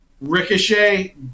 ricochet